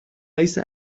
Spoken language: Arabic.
ليس